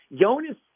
Jonas